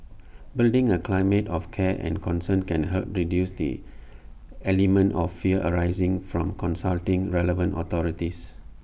building A climate of care and concern can help reduce the element of fear arising from consulting relevant authorities